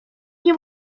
nie